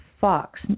Fox